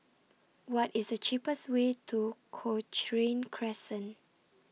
What IS The cheapest Way to Cochrane Crescent